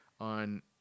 on